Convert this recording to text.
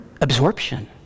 absorption